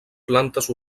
plantes